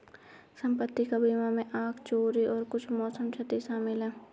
संपत्ति का बीमा में आग, चोरी और कुछ मौसम क्षति शामिल है